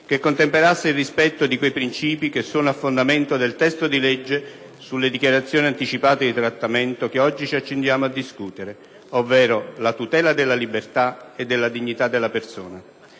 che contemperasse il rispetto di quei princìpi che sono a fondamento del testo di legge sulle dichiarazioni anticipate di trattamento che oggi ci accingiamo a discutere, ovvero la tutela della libertà e della dignità della persona.